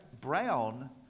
Brown